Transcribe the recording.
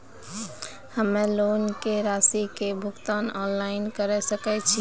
हम्मे लोन के रासि के भुगतान ऑनलाइन करे सकय छियै?